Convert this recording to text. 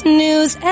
news